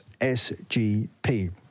SGP